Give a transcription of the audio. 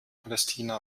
palästina